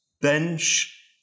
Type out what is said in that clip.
bench